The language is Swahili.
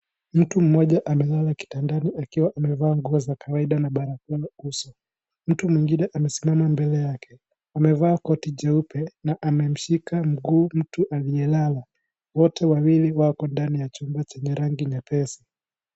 Mtu mmoja amelala kitandani akiwa amevaa nguo za kawaida na barakoa kwenye uso. Mtu mwingine amesimama mbele yake, amevaa koti jeupe na amemshika mguu mtu aliyelala. Wote wawili wako ndani ya chumba chenye rangi nyepesi.